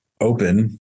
open